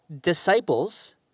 disciples